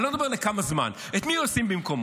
אני לא מדבר לכמה זמן, את מי הוא ישים במקומו.